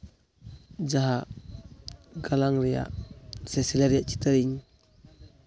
ᱡᱟᱦᱟᱸ ᱜᱟᱞᱟᱝ ᱨᱮᱭᱟᱜ ᱥᱮ ᱥᱤᱞᱟᱹᱭ ᱨᱮᱭᱟᱜ ᱪᱤᱛᱟᱹᱨᱤᱧ